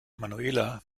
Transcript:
manuela